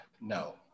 No